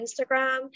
Instagram